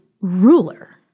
ruler